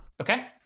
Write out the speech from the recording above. okay